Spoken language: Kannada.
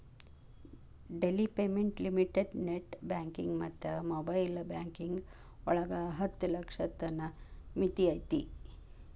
daily payment limit net banking ಮತ್ತ ಮೊಬೈಲ್ ಬ್ಯಾಂಕಿಂಗ್ ಒಳಗ ಹತ್ತ ಲಕ್ಷದ್ ತನ ಮಿತಿ ಐತಿ